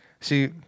See